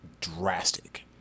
drastic